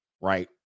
right